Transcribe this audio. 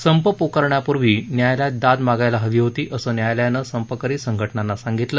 संप पुकारण्यापूर्वी न्यायालयात दाद मागायला हवी होती असं न्यायालयानं संपकरी संघटनांना सांगितलं